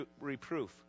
reproof